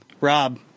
Rob